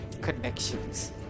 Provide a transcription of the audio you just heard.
connections